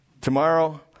Tomorrow